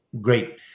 Great